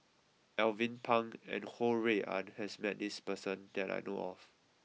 Alvin Pang and Ho Rui An has met this person that I know of